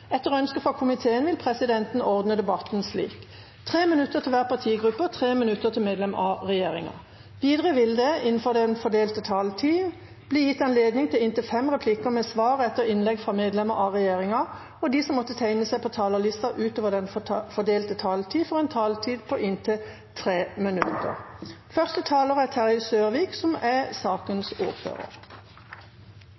Etter ønske fra justiskomiteen vil presidenten ordne debatten slik: 5 minutter til hver partigruppe og 5 minutter til medlemmer av regjeringa. Videre vil det – innenfor den fordelte taletid – bli gitt anledning til inntil fem replikker med svar etter innlegg fra medlemmer av regjeringa, og de som måtte tegne seg på talerlista utover den fordelte taletid, får en taletid på inntil 3 minutter.